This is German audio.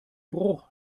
bruch